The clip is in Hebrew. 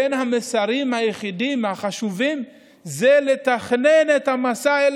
בין המסרים היחידים החשובים זה לתכנן את המסע אל